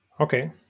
Okay